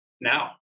now